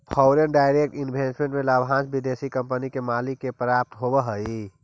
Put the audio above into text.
foreign direct investment में लाभांश विदेशी कंपनी के मालिक के प्राप्त होवऽ हई